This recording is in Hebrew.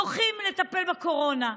דוחים לטפל בקורונה,